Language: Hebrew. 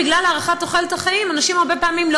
בגלל התארכות תוחלת החיים הרבה פעמים אנשים